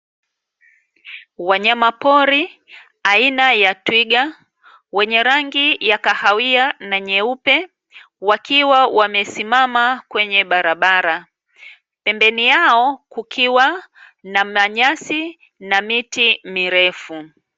Wanyama pori aina ya twiga, wenye rangi ya kahawia na nyeupe, wakiwa wamesimama kwenye barabara, pembeni yao kukiwa na manyasi na miti mirefu.